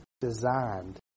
designed